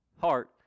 heart